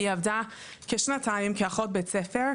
היא עבדה כשנתיים כאחות בית ספר,